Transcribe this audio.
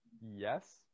Yes